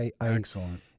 Excellent